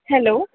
hello